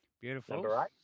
Beautiful